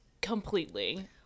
Completely